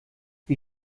wie